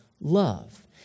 love